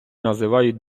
називають